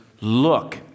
look